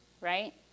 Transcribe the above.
right